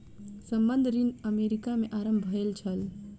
संबंद्ध ऋण अमेरिका में आरम्भ भेल छल